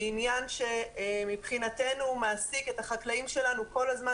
היא עניין שמבחינתנו מעסיק את החקלאים שלנו כל הזמן.